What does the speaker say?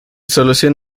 solución